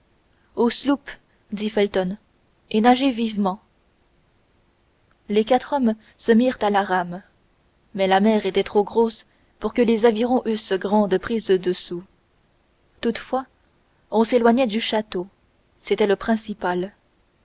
dit felton et nagez vivement les quatre hommes se mirent à la rame mais la mer était trop grosse pour que les avirons eussent grande prise dessus toutefois on s'éloignait du château c'était le principal